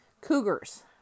cougars